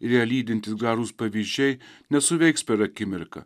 ir ją lydintys gražūs pavyzdžiai nesuveiks per akimirką